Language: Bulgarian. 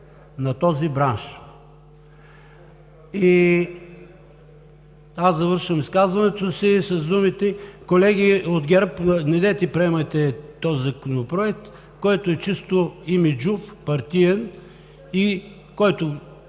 на този бранш. Аз завършвам изказването си с думите: колеги от ГЕРБ, недейте да приемате този законопроект, който е чисто имиджов, партиен и който